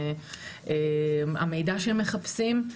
המידע שהם מחפשים,